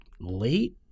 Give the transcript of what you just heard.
late